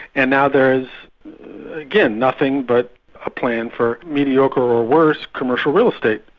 and now there is again, nothing but a plan for mediocre or worse commercial real estate,